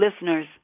listeners